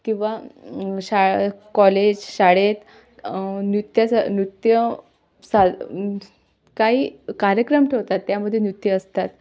किंवा शा कॉलेज शाळेत नृत्याचा नृत्य साल काही कार्यक्रम ठेवतात त्यामध्ये नृत्य असतात